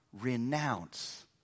renounce